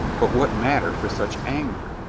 but what matter for such anger?